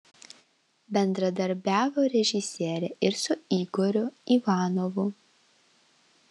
bendradarbiavo režisierė ir su igoriu ivanovu